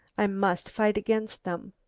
i must fight against them.